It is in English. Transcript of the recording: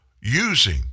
using